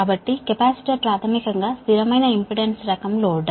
కాబట్టి కెపాసిటర్ ప్రాథమికంగా constant impedance రకం లోడ్